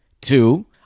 Two